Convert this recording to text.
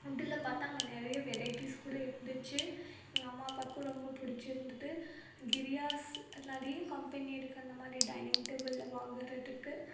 வுட்டில் பார்த்தா அங்கே நிறைய வெரைட்டிஸ் கூட இருந்துச்சு எங்கள் அம்மா அப்பாவுக்கு ரொம்ப பிடிச்சிருந்துது கிரியாஸ் நிறைய கம்பெனி இருக்குது அந்த மாதிரி டைனிங் டேபுள் வாங்குறதுக்கு